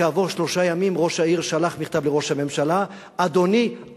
כעבור שלושה ימים ראש העיר שלח מכתב לראש הממשלה: אדוני,